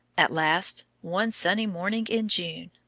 at last, one sunny morning in june,